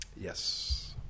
Yes